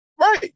right